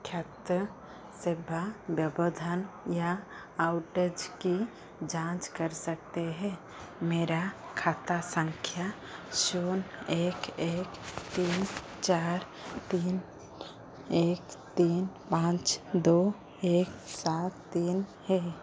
क्षेत्र सेवा व्यवधान या आउटेज की जाँच कर सकते हैं मेरा खाता संख्या शून्य एक एक तीन चार तीन एक तीन पाँच दो एक सात तीन है